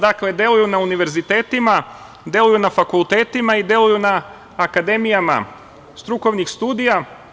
Dakle, deluju na univerzitetima, deluju na fakultetima i deluju na akademijama strukovnih studija.